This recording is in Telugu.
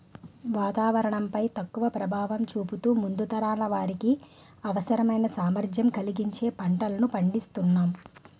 వాతావరణం పై తక్కువ ప్రభావం చూపుతూ ముందు తరాల వారికి అవసరమైన సామర్థ్యం కలిగించే పంటలను పండిస్తునాం